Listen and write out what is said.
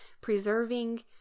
preserving